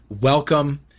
Welcome